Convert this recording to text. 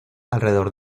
alrededor